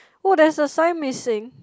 oh there's a sign missing